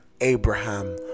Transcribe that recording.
Abraham